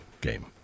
game